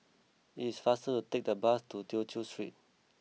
it is faster to take the bus to Tew Chew Street